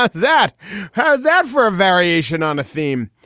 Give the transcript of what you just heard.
ah that has that for a variation on a theme.